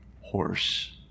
horse